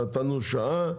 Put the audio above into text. אנחנו נתנו שעה.